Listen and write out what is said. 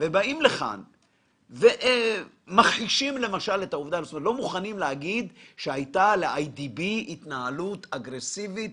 אתם באים ולא מוכנים להגיד שהייתה לאיי די בי התנהלות אגרסיבית